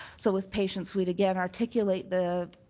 so with patients, we'd again articulate the